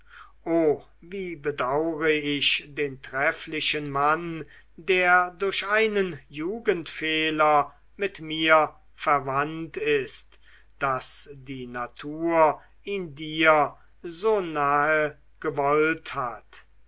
o wie bedaure ich den trefflichen mann der durch einen jugendfehler mit mir verwandt ist daß die natur ihn dir so nahe gewollt hat